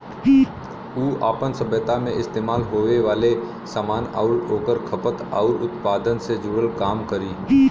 उ आपन सभ्यता मे इस्तेमाल होये वाले सामान आउर ओकर खपत आउर उत्पादन से जुड़ल काम करी